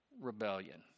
rebellion